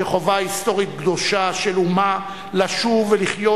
כחובה היסטורית קדושה של אומה לשוב ולחיות